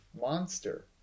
monster